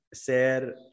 share